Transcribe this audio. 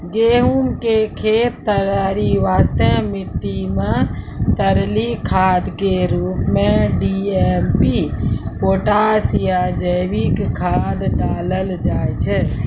गहूम के खेत तैयारी वास्ते मिट्टी मे तरली खाद के रूप मे डी.ए.पी पोटास या जैविक खाद डालल जाय छै